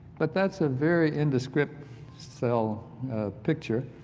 but that's a very indescript cell picture.